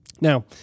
Now